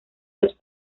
los